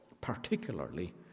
particularly